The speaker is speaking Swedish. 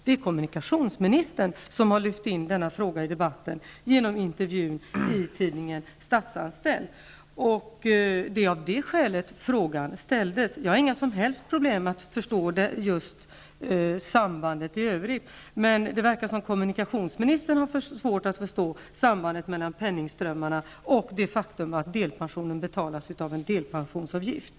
Det är kommunikationsministern som har lyft in denna fråga i debatten genom intervjun i tidningen Statsanställd. Det är av det skälet som jag har ställt frågan. Jag har inte några som helst problem att förstå sambandet i övrigt. Men det verkar som om kommunikationsministern har svårt att förstå sambandet mellan penningströmmarna och det faktum att delpensionen betalas av en delpensionsavgift.